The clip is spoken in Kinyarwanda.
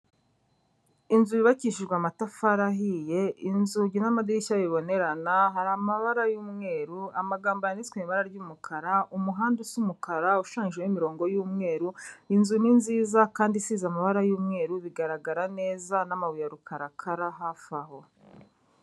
Inzu yubakishijwe amatafari ahiye, inzugi n'amadirishya bibonerana, hari amabara y'umweru, amagambo yanditswe ibara ry'umukara, umuhanda usa umukara, ushushanyijwe n'imirongo y'umweru, inzu ni nziza kandi isize amabara y'umweru, bigaragara neza n'amabuye ya rukarakara hafi aho.